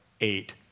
eight